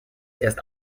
erst